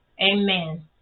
amen